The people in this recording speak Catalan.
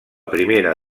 primera